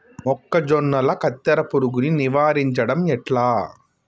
మొక్కజొన్నల కత్తెర పురుగుని నివారించడం ఎట్లా?